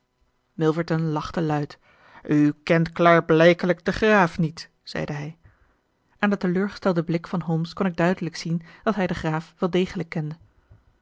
milverton lachte luid u kent klaarblijkelijk den graaf niet zeide hij aan den teleurgestelden blik van holmes kon ik duidelijk zien dat hij den graaf wel degelijk kende